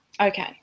Okay